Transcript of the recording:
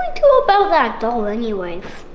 do about that doll anyways?